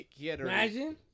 Imagine –